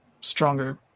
stronger